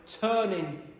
turning